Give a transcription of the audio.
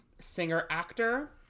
singer-actor